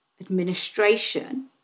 administration